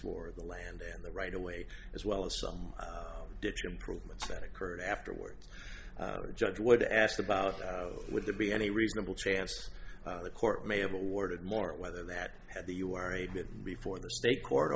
for the land and the right away as well as some ditch improvements that occurred afterwards or judge would ask about would there be any reasonable chance the court may have awarded more whether that had the you are a bit before the state court